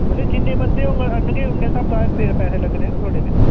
मतलब जिन्ने बंदे होङन आह्नगे उन्ने स्हाबै पैसे लग्गने न थोआढ़े फिर